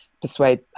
persuade